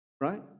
right